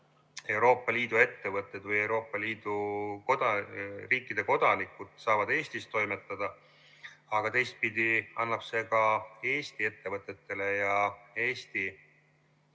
Euroopa Liidu ettevõtted või Euroopa Liidu riikide kodanikud saavad Eestis toimetada, aga teistpidi annab see ka Eesti ettevõtetele ja Eesti